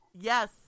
Yes